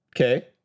Okay